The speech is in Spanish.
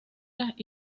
las